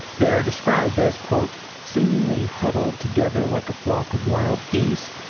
they are described as seemingly huddled together like a flock of wild geese,